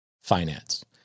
finance